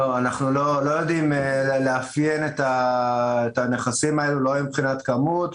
אנחנו לא יודעים לאפיין את הנכסים האלה לא מבחינת כמות,